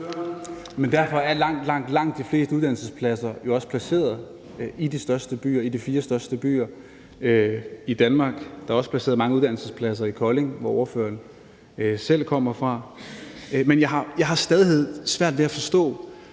Men derfor er langt, langt de fleste uddannelsespladser jo også placeret i de største byer, i de fire største byer i Danmark. Der er også placeret mange uddannelsespladser i Kolding, hvor ordføreren selv kommer fra. Men jeg har til stadighed svært ved at forstå,